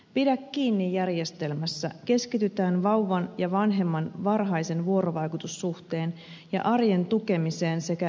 pidä kiinni järjestelmässä keskitytään vauvan ja vanhemman varhaisen vuorovaikutussuhteen ja arjen tukemiseen sekä päihdekuntoutukseen